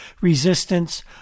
resistance